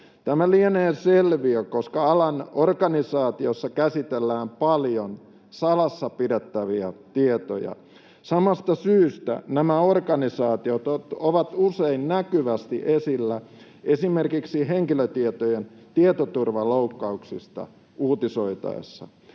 Tämä lienee selviö, koska alan organisaatiossa käsitellään paljon salassa pidettäviä tietoja. Samasta syystä nämä organisaatiot ovat usein näkyvästi esillä esimerkiksi henkilötietojen tietoturvaloukkauksista uutisoitaessa.